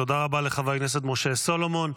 תודה רבה לחבר הכנסת משה סולומון.